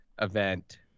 event